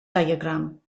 diagram